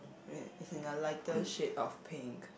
oh yeah as in a lighter shade of pink